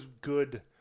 good